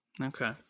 Okay